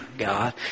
God